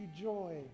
joy